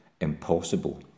impossible